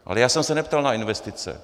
Ale já jsem se neptal na investice.